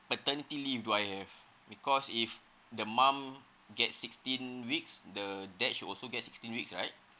paternity leave do I have because if the mom get fifteen weeks the dad also get sixteen weeks right